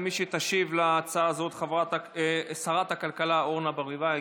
תשיב על ההצעה הזאת שרת הכלכלה אורנה ברביבאי.